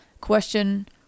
question